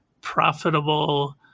profitable